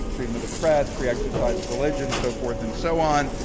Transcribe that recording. freedom of the press, free exercise of religion, so forth, and so on.